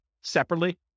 separately